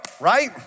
right